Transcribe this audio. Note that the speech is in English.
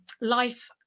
life